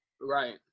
Right